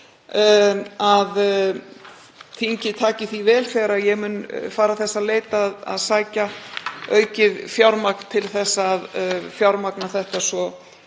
áherslur, að þingið taki því vel þegar ég mun fara þess á leit að sækja aukið fjármagn til að fjármagna þetta svo